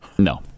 No